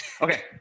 Okay